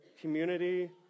community